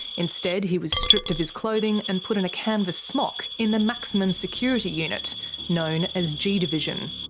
instead he was stripped of his clothing and put in a canvas smock in the maximum security unit known as g division.